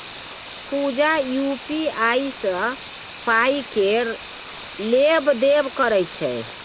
पुजा UPI सँ पाइ केर लेब देब करय छै